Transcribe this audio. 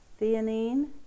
theanine